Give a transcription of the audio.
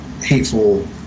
hateful